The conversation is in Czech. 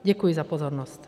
Děkuji za pozornost.